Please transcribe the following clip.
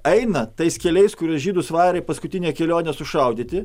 eina tais keliais kuriuos žydus varė į paskutinę kelionę sušaudyti